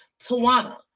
Tawana